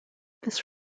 this